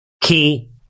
key